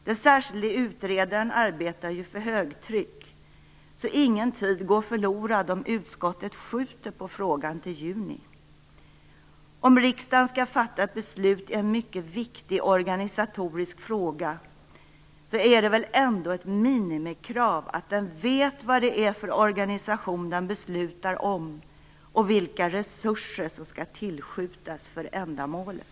Den särskilde utredaren arbetar för högtryck, så ingen tid går förlorad om utskottet skjuter på frågan till juni. Om riksdagen skall fatta ett beslut i en mycket viktig organisatorisk fråga är det väl ändå ett minimikrav att den vet vad det är för organisation den beslutar om och vilka resurser som skall tillskjutas för ändamålet.